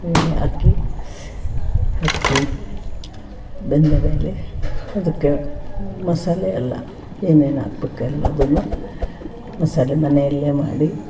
ಬೇಳೆ ಅಕ್ಕಿ ಹಾಕಿ ಬಂದ ಮೇಲೆ ಅದಕ್ಕೆ ಮಸಾಲೆ ಎಲ್ಲ ಏನೇನು ಹಾಕ್ಬೇಕೋ ಎಲ್ಲದನ್ನೂ ಮಸಾಲೆ ಮನೆಯಲ್ಲೇ ಮಾಡಿ